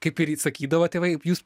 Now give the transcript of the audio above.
kaip ir sakydavo tėvai jūs